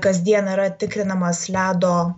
kasdien yra tikrinamas ledo